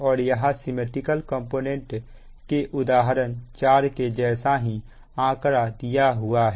और यहां symmetrical component के उदाहरण 4 के जैसा ही आंकड़ा दिया हुआ है